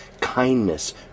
kindness